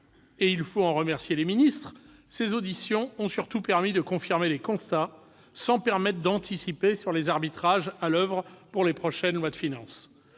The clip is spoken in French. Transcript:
et il faut en remercier les ministres, ces auditions ont surtout permis de confirmer les constats, sans permettre d'anticiper sur les arbitrages à l'oeuvre pour les prochaines lois de finances.